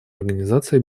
организации